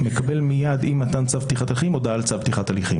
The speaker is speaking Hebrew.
שיש פה כאילו פעמיים מה זה פרטי ההודעה.